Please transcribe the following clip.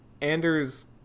Anders